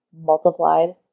multiplied